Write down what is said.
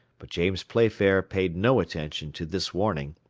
but james playfair paid no attention to this warning,